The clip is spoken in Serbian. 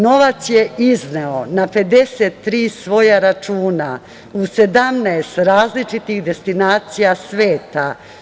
Novac je izneo na 53 svoja računa u 17 različitih destinacija sveta.